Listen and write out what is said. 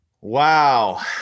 Wow